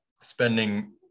spending